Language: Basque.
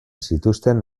zituzten